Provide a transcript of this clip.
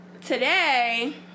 today